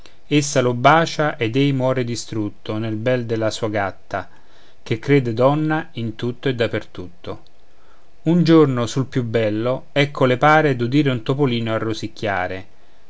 prima essa lo bacia ed ei muore distrutto nel ben della sua gatta che crede donna in tutto e dappertutto un giorno sul più bello ecco le pare d'udire un topolino a rosicchiare